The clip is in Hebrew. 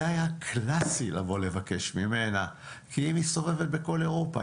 זה היה קלאסי לבוא לבקש ממנה כי היא מסתובבת בכל אירופה,